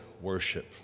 worship